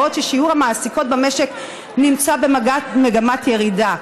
בעוד ששיעור המעסיקות במשק נמצא במגמת ירידה.